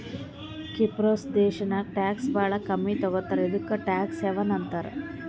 ಕಿಪ್ರುಸ್ ದೇಶಾನಾಗ್ ಟ್ಯಾಕ್ಸ್ ಭಾಳ ಕಮ್ಮಿ ತಗೋತಾರ ಇದುಕೇ ಟ್ಯಾಕ್ಸ್ ಹೆವನ್ ಅಂತಾರ